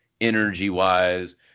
energy-wise